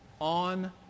on